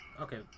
Okay